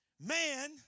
Man